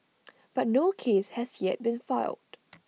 but no case has yet been filed